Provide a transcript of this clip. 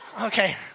Okay